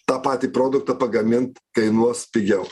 tą patį produktą pagamint kainuos pigiau